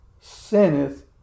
sinneth